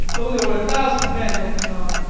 though there were thousand men looking on,